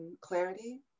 clarity